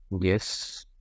Yes